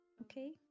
Okay